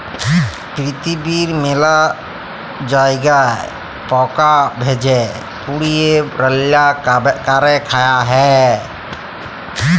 পিরথিবীর মেলা জায়গায় পকা ভেজে, পুড়িয়ে, রাল্যা ক্যরে খায়া হ্যয়ে